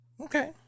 okay